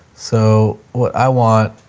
so what i want